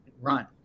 run